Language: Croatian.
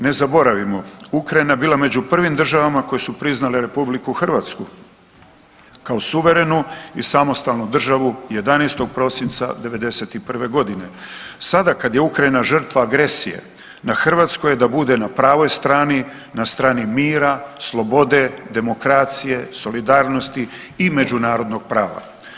Ne zaboravimo, Ukrajina je bila među prvim državama koje su priznale RH, kao suverenu i samostalnu državu 11. prosinca '91. g. Sada kada je Ukrajina žrtva agresije, na Hrvatskoj je da bude na pravoj strani, na strani mira, slobode, demokracije, solidarnosti i međunarodnog prava.